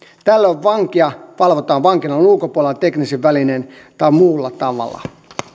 tällöin vankia valvotaan vankilan ulkopuolella teknisin välinein tai muulla tavalla